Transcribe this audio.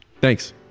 thanks